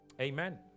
Amen